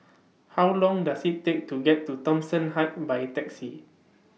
How Long Does IT Take to get to Thomson Heights By Taxi